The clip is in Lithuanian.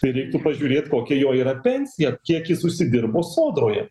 tai reiktų pažiūrėt kokia jo yra pensija kiek jis užsidirbo sodroje